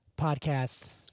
Podcast